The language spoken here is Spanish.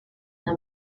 una